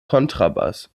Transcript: kontrabass